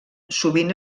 sovint